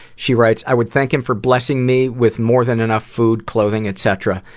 she writes, i would thank him for blessing me with more than enough food, clothing, etc.